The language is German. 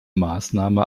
maßnahme